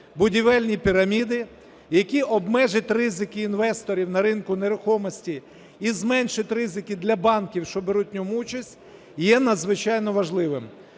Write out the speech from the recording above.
будівельні піраміди, який обмежить ризики інвесторів на ринку нерухомості і зменшить ризики для банків, що беруть в ньому участь, є надзвичайно важливими.